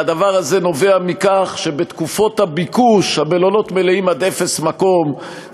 והדבר הזה נובע מכך שבתקופות הביקוש המלונות מלאים עד אפס מקום,